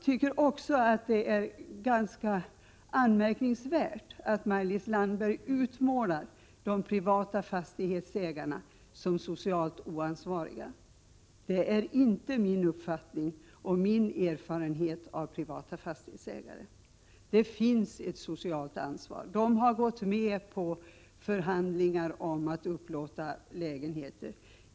Det är också ganska anmärkningsvärt att Maj-Lis Landberg utmålar de privata fastighetsägarna som socialt oansvariga. Det är inte min uppfattning om och min erfarenhet av privata fastighetsägare. De har ett socialt ansvar. De har gått med på förhandlingar om upplåtelse av lägenheter.